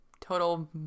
total